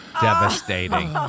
Devastating